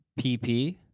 pp